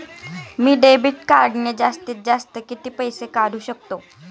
मी debit कार्डने जास्तीत जास्त किती पैसे काढू शकतो?